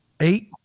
Eight